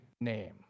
name